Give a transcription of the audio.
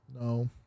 No